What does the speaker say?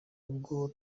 ubwo